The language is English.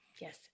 Yes